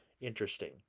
interesting